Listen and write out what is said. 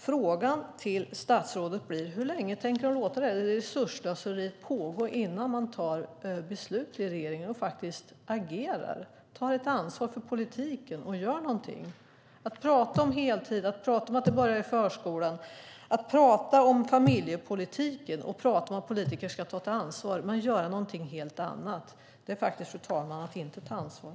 Frågan till statsrådet blir: Hur länge tänker hon låta det här resursslöseriet pågå innan man tar beslut i regeringen och faktiskt agerar, tar ett ansvar för politiken och gör någonting? Att prata om heltid, att prata om att det börjar i förskolan, att prata om familjepolitiken och att prata om att politiker ska ta ett ansvar men göra någonting helt annat är faktiskt, fru talman, att inte ta ansvar.